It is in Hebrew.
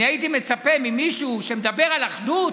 אני הייתי מצפה ממישהו שמדבר על אחדות